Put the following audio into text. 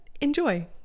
enjoy